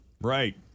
Right